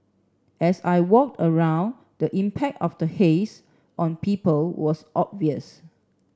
as I walked around the impact of the haze on people was obvious